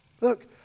Look